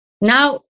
Now